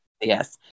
Yes